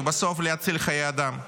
ובסוף להציל חיי אדם.